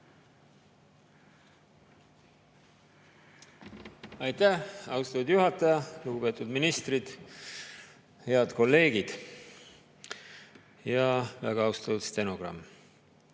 Aitäh, austatud juhataja! Lugupeetud ministrid! Head kolleegid! Ja väga austatud stenogramm!